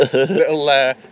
little